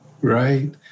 Right